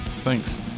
Thanks